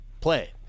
play